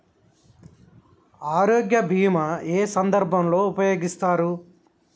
ఆరోగ్య బీమా ఏ ఏ సందర్భంలో ఉపయోగిస్తారు?